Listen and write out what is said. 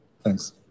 Thanks